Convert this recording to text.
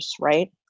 right